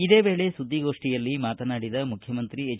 ಇದೇ ವೇಳೆ ಸುದ್ದಿಗೋಷ್ಠಿಯಲ್ಲಿ ಮಾತನಾಡಿದ ಮುಖ್ಯಮಂತ್ರಿ ಎಚ್